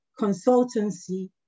consultancy